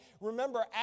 Remember